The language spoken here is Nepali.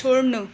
छोड्नु